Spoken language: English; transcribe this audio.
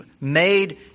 made